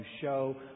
show